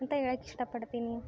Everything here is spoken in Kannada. ಅಂತ ಹೇಳೋಕೆ ಇಷ್ಟ ಪಡ್ತೀನಿ